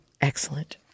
Excellent